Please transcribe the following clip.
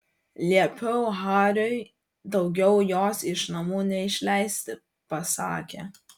liepiau hariui daugiau jos iš namų neišleisti pasakė